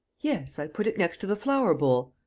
yes. i put it next to the flower-bowl.